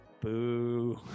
Boo